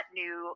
new